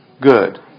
good